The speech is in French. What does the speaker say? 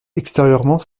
extérieurement